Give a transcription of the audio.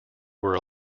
were